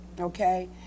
Okay